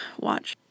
watch